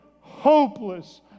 hopeless